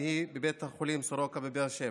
והיא בבית החולים סורוקה בבאר שבע.